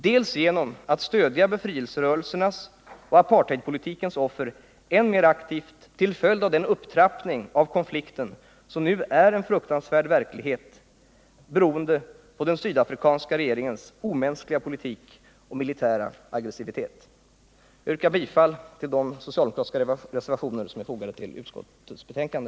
Vi måste också stödja befrielserörelserna och apartheidpolitikens offer än mer aktivt till följd av den upptrappning av konflikten som nu är en fruktansvärd verklighet, beroende på den sydafrikanska regeringens omänskliga politik och militära aggressivitet. Herr talman! Jag yrkar bifall till de socialdemokratiska reservationer som är fogade till utskottets betänkande.